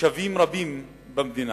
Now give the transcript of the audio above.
תושבים רבים במדינה,